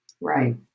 Right